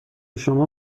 شما